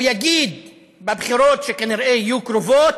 הוא יגיד בבחירות, שכנראה יהיו קרובות: